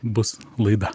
bus laida